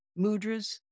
mudras